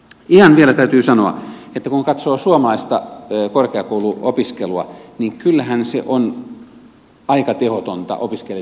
ihan vielä täytyy sanoa että kun katsoo suomalaista korkeakouluopiskelua niin kyllähän se on aika tehotonta opiskelijoittenkin osalta